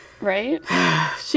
Right